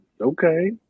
Okay